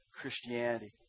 Christianity